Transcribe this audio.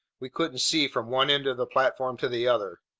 we couldn't see from one end of the platform to the other.